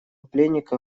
пленника